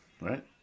right